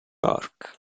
york